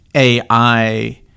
AI